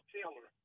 Taylor